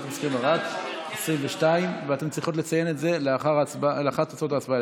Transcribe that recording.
אני בעד.